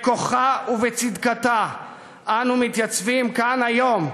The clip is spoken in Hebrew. בכוחה ובצדקתה אנו מתייצבים כאן היום,